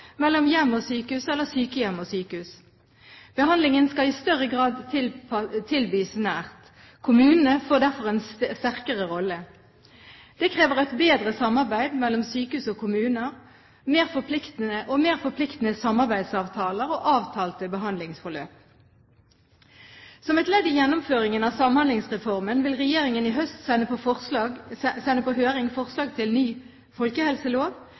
mellom hjem og sykehus eller sykehjem og sykehus. Behandlingen skal i større grad tilbys nær der pasienten bor. Kommunene får derfor en sterkere rolle. Det krever et bedre samarbeid mellom sykehus og kommuner, mer forpliktende samarbeidsavtaler og avtalte behandlingsforløp. Som et ledd i gjennomføringen av Samhandlingsreformen vil regjeringen i høst sende på høring forslag til ny folkehelselov,